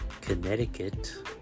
Connecticut